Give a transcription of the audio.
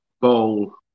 bowl